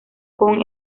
con